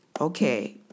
Okay